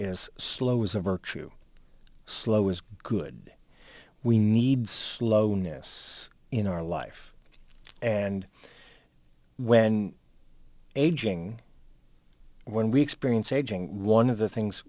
is slow is a virtue slow is good we need slowness in our life and when aging when we experience aging one of the things